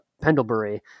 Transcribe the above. Pendlebury